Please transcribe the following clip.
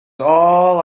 all